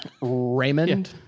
Raymond